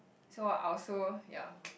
so I also ya